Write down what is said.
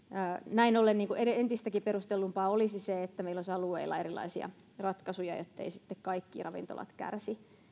näin ollen entistäkin perustellumpaa olisi se että meillä olisi alueilla erilaisia ratkaisuja jotteivät sitten kaikki ravintolat kärsi